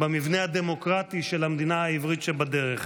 במבנה הדמוקרטי של המדינה העברית שבדרך.